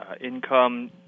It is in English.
income